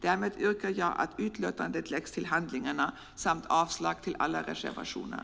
Därmed yrkar jag att utlåtandet läggs till handlingarna och yrkar avslag på alla reservationer.